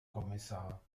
kommissar